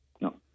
No